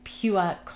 pure